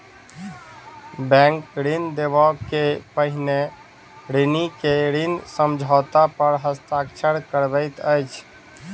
bank ऋण देबअ के पहिने ऋणी के ऋण समझौता पर हस्ताक्षर करबैत अछि